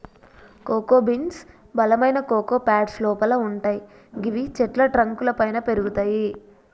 cocoa beans బలమైన cocoa pods లోపల వుంటయ్ గివి చెట్ల ట్రంక్ లపైన పెరుగుతయి